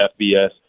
FBS